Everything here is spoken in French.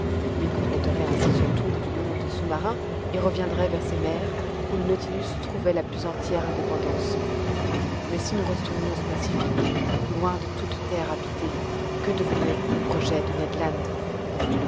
il compléterait ainsi son tour du monde sous-marin et reviendrait vers ces mers où le nautilus trouvait la plus entière indépendance mais si nous retournions au pacifique loin de toute terre habitée que devenaient les projets de